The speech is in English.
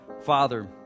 Father